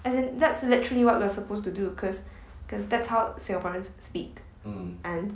as in that's literally what we're supposed to do because because that's how singaporeans speak and